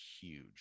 huge